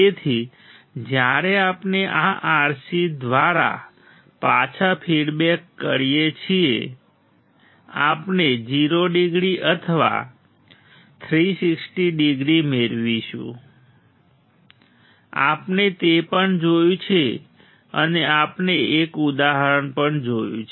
તેથી જ્યારે આપણે આ R C દ્વારા પાછા ફીડ કરીએ છીએ આપણે 0 ડિગ્રી અથવા 360 ડિગ્રી મેળવીશું આપણે તે પણ જોયું છે અને આપણે એક ઉદાહરણ પણ જોયું છે